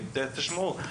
תשמעו,